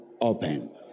open